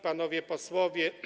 Panowie Posłowie!